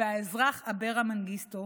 והאזרח אברה מנגיסטו,